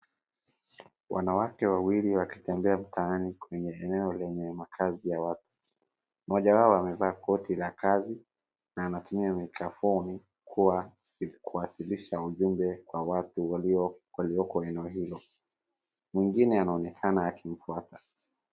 Wanawake wawili wakitembea mtaani kwenye makaazi ya watu. Moja wao amevaa koti la kazi na anatumia mikrofoni kuwasilisha ujumbe kwa watu walioko eneo hili mwingine anaonekana akimfuata.